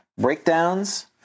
breakdowns